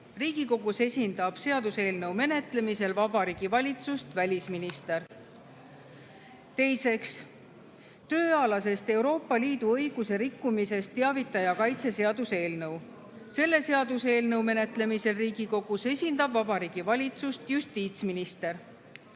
Riigikogus esindab seaduseelnõu menetlemisel Vabariigi Valitsust välisminister. Teiseks, tööalasest Euroopa Liidu õiguse rikkumisest teavitaja kaitse seaduse eelnõu. Selle seaduseelnõu menetlemisel Riigikogus esindab Vabariigi Valitsust justiitsminister.